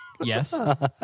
Yes